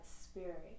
spirit